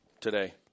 today